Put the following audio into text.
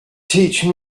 teach